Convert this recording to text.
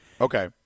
Okay